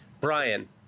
Brian